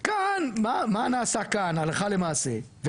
כאן מה נעשה כאן הלכה למעשה?